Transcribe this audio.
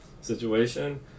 situation